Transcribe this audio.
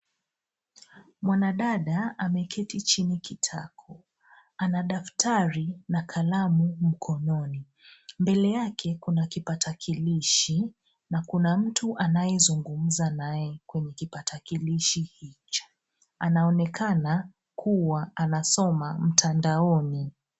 Mwanadada ameketi chini kitako. Ana daftari na kalamu mkononi. Mbele yake kuna kipakatalishi na mtu anaonekana akizungumza naye kupitia kifaa hicho. Anaonekana kuwa anasoma mtandaoni.